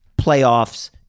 playoffs